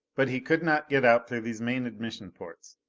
but he could not get out through these main admission ports.